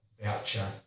voucher